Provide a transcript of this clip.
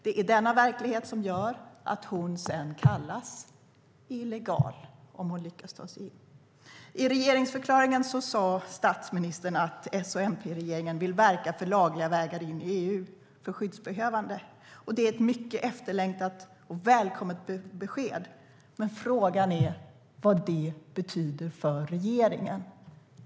Det är denna verklighet som gör att hon sedan kallas illegal - om hon lyckas ta sig in.I regeringsförklaringen sade statsministern att S och MP-regeringen vill verka för lagliga vägar in i EU för skyddsbehövande. Det är ett mycket efterlängtat och välkommet besked. Men frågan är vad det betyder för regeringen.